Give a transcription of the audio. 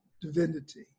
divinity